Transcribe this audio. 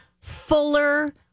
fuller